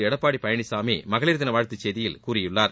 எடப்பாடி பழனிசாமி மகளிர் தின வாழ்த்துச்செய்தியில் கூறியுள்ளார்